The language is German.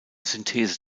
synthese